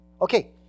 Okay